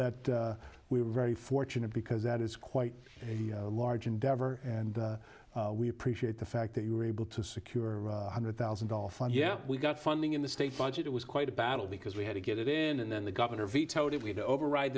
that we are very fortunate because that is quite a large endeavor and we appreciate the fact that you were able to secure a hundred thousand dollar fund yeah we got funding in the state budget it was quite a battle because we had to get it in and then the governor vetoed it we don't override